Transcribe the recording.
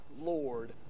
lord